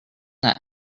that